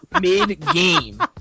mid-game